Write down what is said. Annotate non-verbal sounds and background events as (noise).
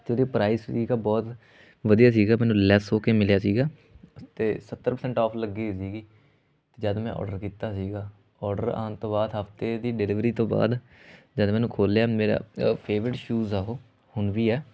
ਅਤੇ ਉਹਦੇ ਪ੍ਰਾਈਜ਼ (unintelligible) ਬਹੁਤ ਵਧੀਆ ਸੀਗਾ ਮੈਨੂੰ ਲੈਸ ਹੋ ਕੇ ਮਿਲਿਆ ਸੀਗਾ ਅਤੇ ਸੱਤਰ ਪ੍ਰਸੈਂਟ ਔਫ ਲੱਗੀ ਸੀਗੀ ਅਤੇ ਜਦ ਮੈਂ ਔਡਰ ਕੀਤਾ ਸੀਗਾ ਔਡਰ ਆਉਣ ਤੋਂ ਬਾਅਦ ਹਫਤੇ ਦੀ ਡਿਲੀਵਰੀ ਤੋਂ ਬਾਅਦ ਜਦ ਮੈਂ ਉਹਨੂੰ ਖੋਲ੍ਹਿਆ ਮੇਰਾ ਫੇਵਰੇਟ ਸ਼ੂਜ਼ ਆ ਉਹ ਹੁਣ ਵੀ ਆ